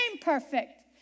perfect